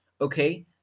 Okay